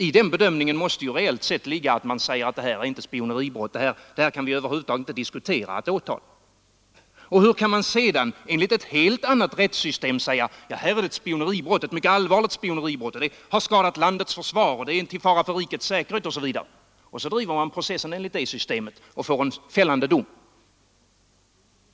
I den bedömningen måste ju reellt sett ligga att man säger att detta är inte spioneribrott, detta kan vi över huvud taget inte diskutera att åtala. Och hur kan man sedan enligt ett helt annat påföljdssystem säga: Detta är ett mycket allvarligt spioneribrott, det har skadat landets försvar och är en fara för rikets säkerhet osv. — och så driver man processen enligt det systemet och får en fällande dom?